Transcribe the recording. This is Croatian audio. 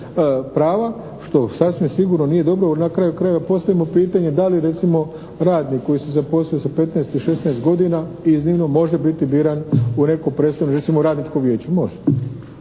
prava, što sasvim sigurno nije dobro, na kraju krajeva postavimo pitanje da li recimo radnik koji se zaposlio sa 15 i 16 godina iznimno može biti biran u neko predstavničko, recimo radničko vijeće.